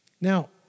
Now